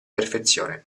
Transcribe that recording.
perfezione